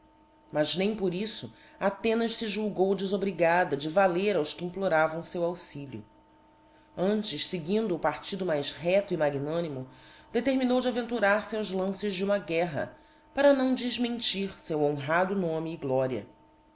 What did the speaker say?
mas nem por iífo athenas fe julgou delbbrigada de valer aos que imploravam leu auxilio antes feguindo o partido mais reclo e magnânimo determinou de avcnturar fe aos lances de uma guerra para não defmentir feu honrado nome e gloria